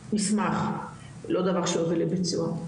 מסמך, לא דבר שיוביל לביצוע.